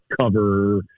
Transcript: cover